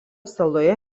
saloje